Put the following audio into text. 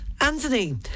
Anthony